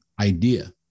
idea